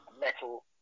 metal